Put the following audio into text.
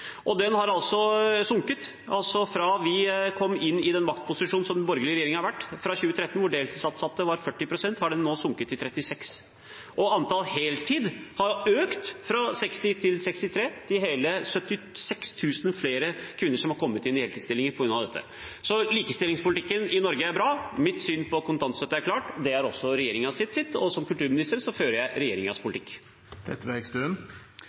Den andelen har altså sunket fra vi kom inn i maktposisjon som borgerlig regjering. Fra 2013, da andelen deltidsansatte kvinner var på 40 pst., har den nå sunket til 36, og andelen heltidsansatte kvinner har økt fra 60 til 63 pst. Det er hele 76 000 flere kvinner som er kommet inn i heltidsstillinger på grunn av dette. Så likestillingspolitikken i Norge er bra. Mitt syn på kontantstøtte er klart. Det er også regjeringens syn, og som kulturminister fører jeg